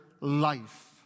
life